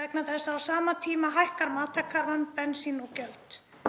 Vegna þess að á sama tíma hækkar matarkarfan, bensín og gjöld.